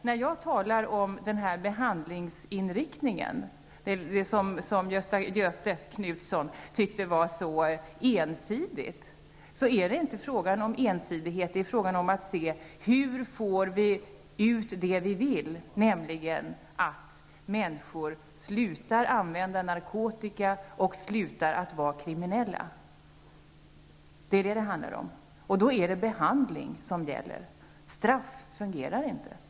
När jag talar om behandlingsinriktning tycker Göthe Knutson att det är att se mycket ensidigt på detta. Men det är inte fråga om att se på detta ensidigt, utan det är fråga om att ta reda på hur vi får ut det vi vill av verksamheten, nämligen att människor slutar att använda narkotika och att vara kriminella. Det är vad det handlar om. Då är det behandling som gäller. Straff fungerar inte.